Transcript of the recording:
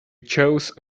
chose